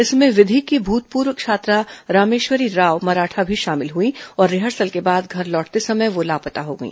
इसमें विधि की भूतपूर्व छात्रा रामेश्वरी राव मराठा भी शामिल हुई और रिहर्सल के बाद घर लौटते समय वह लापता हो गई